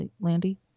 Landy